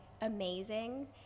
amazing